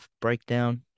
breakdown